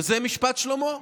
וזה משפט שלמה.